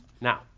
Now